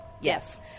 Yes